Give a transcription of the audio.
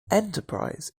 enterprise